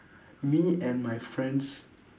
me and my friends